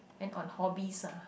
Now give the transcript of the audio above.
end on hobbies ah